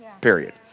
period